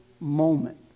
moment